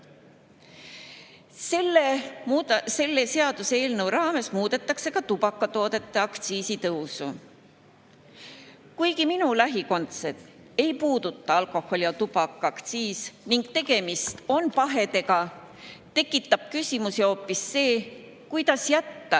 näol. Selle seaduseelnõu raames muudetakse ka tubakatoodete aktsiisi tõusu. Kuigi minu lähikondseid alkoholi- ja tubakaaktsiis ei puuduta ning tegemist on pahedega, tekitab küsimusi hoopis see, kuidas jätta